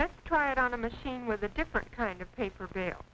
let's try it on a machine with a different kind of paper bail